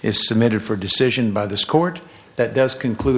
submitted for decision by this court that does conclude